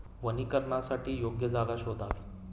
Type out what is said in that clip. वनीकरणासाठी योग्य जागा शोधावी